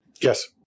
Yes